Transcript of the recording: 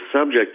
subject